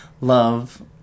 love